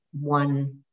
one